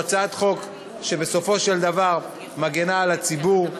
הצעת חוק שבסופו של דבר מגינה על הציבור,